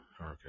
Okay